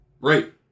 right